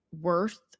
worth